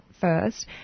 first